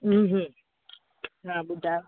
हा ॿुधायो